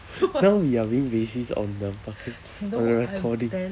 now you are being racist on the fucking on the recording